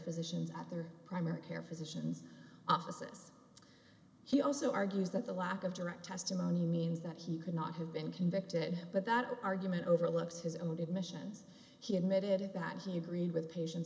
physicians at their primary care physicians offices he also argues that the lack of direct testimony means that he could not have been convicted but that argument overlooks his own admissions he admitted that he agreed with patients